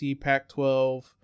Pac-12